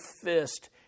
fist